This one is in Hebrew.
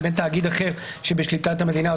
לבין תאגיד אחר שבשליטת המדינה,